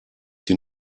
sie